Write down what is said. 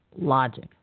logic